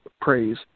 praise